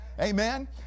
Amen